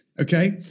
okay